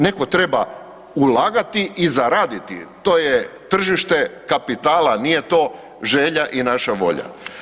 Netko treba ulagati i zaraditi to je tržište kapitala, nije to želja i naša volja.